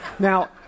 Now